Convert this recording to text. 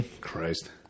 Christ